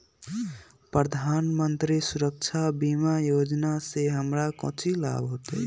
प्रधानमंत्री सुरक्षा बीमा योजना से हमरा कौचि लाभ होतय?